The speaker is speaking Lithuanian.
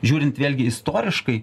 žiūrint vėlgi istoriškai